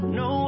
no